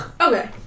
Okay